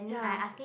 ya